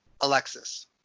Alexis